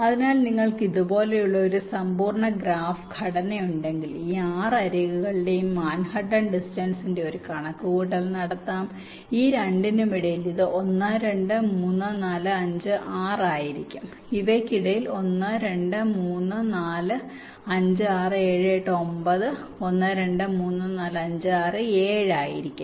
അതിനാൽ നിങ്ങൾക്ക് ഇതുപോലുള്ള ഒരു സമ്പൂർണ്ണ ഗ്രാഫ് ഘടന ഉണ്ടെങ്കിൽ ഈ 6 അരികുകളുടെയും മാൻഹട്ടൻ ഡിസ്റ്റൻസിന്റെ ഒരു കണക്കുകൂട്ടൽ നടത്താം ഈ രണ്ടിനുമിടയിൽ ഇത് 1 2 3 4 5 6 ആയിരിക്കും ഇവയ്ക്കിടയിൽ 1 2 3 4 5 6 7 8 9 1 2 3 4 5 6 7 ആയിരിക്കും